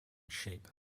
shape